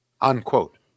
unquote